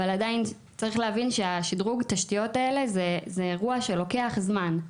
אבל עדיין צריך להבין ששדרוג התשתיות האלה זה אירוע שלוקח זמן.